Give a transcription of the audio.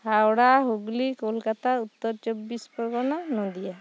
Howrah Hooghly Kolkata Uttar Chabbis Parganas Nadia